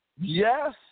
Yes